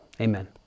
Amen